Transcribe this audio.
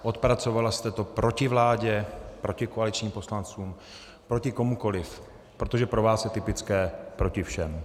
Odpracovala jste to proti vládě, proti koaličním poslancům, proti komukoliv, protože pro vás je typické proti všem.